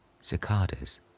Cicadas